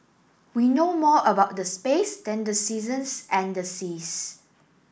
we know more about the space than the seasons and the seas